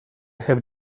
have